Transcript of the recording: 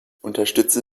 unterstütze